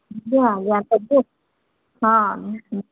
ଆଜ୍ଞା ଆଜ୍ଞା ସବୁ ହଁ